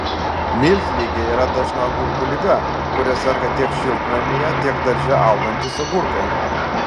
miltligė yra dažna agurkų liga kuria serga tiek šiltnamyje tiek darže augantys agurkai